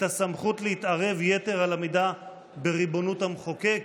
הסמכות להתערב יתר על המידה בריבונות המחוקק,